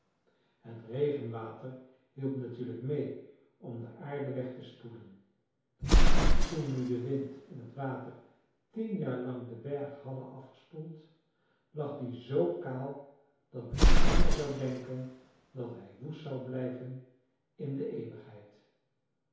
het regenwater hielp natuurlijk meê om de aarde weg te spoelen en toen nu de wind en het water tien jaar lang den berg hadden afgespoeld lag die zoo kaal dat men bijna zou denken dat hij woest zou blijven in der eeuwigheid